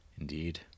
Indeed